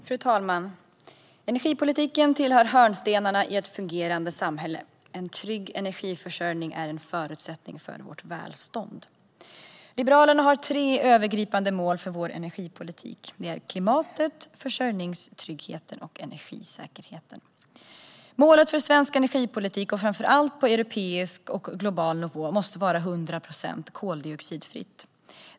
Herr talman! Energipolitiken tillhör hörnstenarna i ett fungerande samhälle. En trygg energiförsörjning är en förutsättning för vårt välstånd. Liberalerna har tre övergripande mål för vår energipolitik. Det är klimatet, försörjningstryggheten och energisäkerheten. Målet för svensk energipolitik och framför allt på europeisk och global nivå måste vara 100 procent koldioxidfritt.